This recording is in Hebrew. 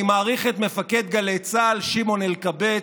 אני מעריך את מפקד גלי צה"ל שמעון אלקבץ,